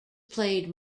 played